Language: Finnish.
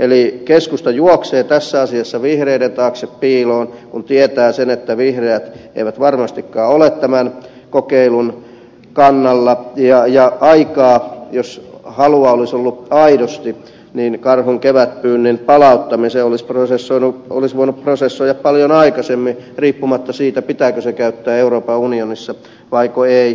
eli keskusta juoksee tässä asiassa vihreiden taakse piiloon kun tietää sen että vihreät eivät varmastikaan ole tämän kokeilun kannalla ja jos halua olisi ollut aidosti niin karhun kevätpyynnin palauttamisen olisi voinut prosessoida paljon aikaisemmin riippumatta siitä pitääkö se käyttää euroopan unionissa vai ei